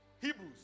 Hebrews